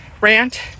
rant